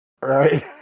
Right